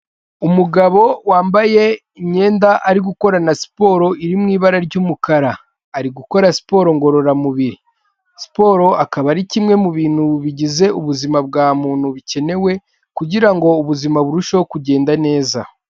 Amugabo wambaye imyenda ariko na siporo iri mu ibara ry'umukara, ari gukora siporo ngororamubiri, siporo akaba ari kimwe mu bintu bigize ubuzima bwa muntu bikenewe kugira ngo ubuzima burusheho kugenda neza.